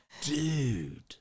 Dude